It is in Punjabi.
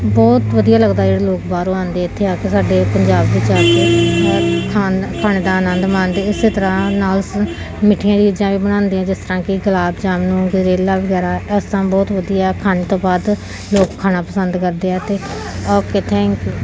ਬਹੁਤ ਵਧੀਆ ਲੱਗਦਾ ਜਿਹੜੇ ਲੋਕ ਬਾਹਰੋਂ ਆਉਂਦੇ ਇੱਥੇ ਆ ਕੇ ਸਾਡੇ ਪੰਜਾਬ ਵਿੱਚ ਆ ਕੇ ਖਾ ਖਾਣ ਖਾਣੇ ਦਾ ਅਨੰਦ ਮਾਣਦੇ ਇਸ ਤਰ੍ਹਾਂ ਨਾਲ ਮਿੱਠੀਆਂ ਚੀਜ਼ਾਂ ਵੀ ਬਣਾਉਂਦੇ ਆ ਜਿਸ ਤਰ੍ਹਾਂ ਕਿ ਗੁਲਾਬ ਜਾਮੁਨ ਗਜਰੇਲਾ ਵਗੈਰਾ ਇਸ ਤਰ੍ਹਾਂ ਬਹੁਤ ਵਧੀਆ ਖਾਣੇ ਤੋਂ ਬਾਅਦ ਲੋਕ ਖਾਣਾ ਪਸੰਦ ਕਰਦੇ ਹੈ ਅਤੇ ਓਕੇ ਥੈਂਕ ਯੂ